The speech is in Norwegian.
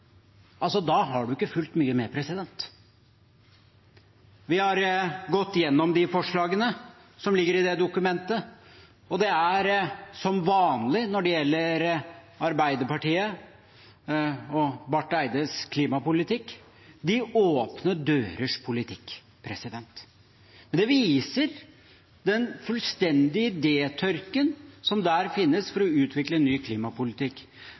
Da har man ikke fulgt mye med. Vi har gått gjennom forslagene som ligger i dokumentet, og det er, som er vanlig når det gjelder Arbeiderpartiet og Barth Eides klimapolitikk, den åpne dørs politikk. Men det viser den fullstendige idétørken som finnes der for å utvikle ny klimapolitikk.